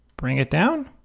bring it down,